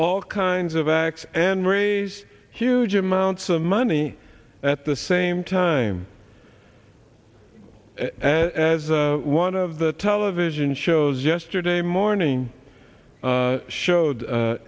all kinds of acts and raise huge amounts of money at the same time as one of the television shows yesterday morning showed